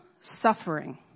suffering